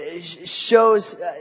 shows